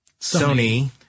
Sony